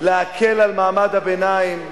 להקל על מעמד הביניים,